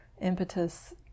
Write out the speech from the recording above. impetus